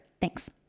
Thanks